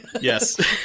Yes